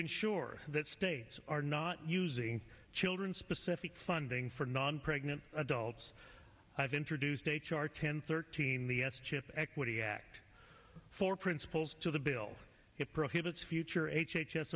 ensure that states are not using children specific funding for non pregnant adults i've introduced h r ten thirteen the s chip equity act for principals to the bill it prohibits future h